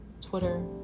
Twitter